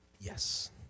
Yes